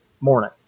morning